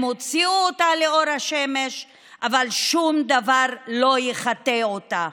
הם הוציאו אותה לאור השמש אבל שום דבר לא יחטא אותה.